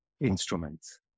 instruments